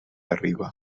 arriba